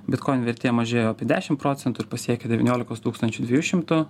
bitkoinų vertė mažėjo apie dešim procentų ir pasiekė devyniolikos tūkstančių dviejų šimtų